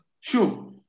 Sure